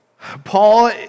Paul